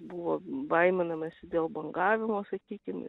buvo baiminamasi dėl bangavimo sakykim